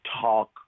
talk